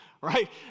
right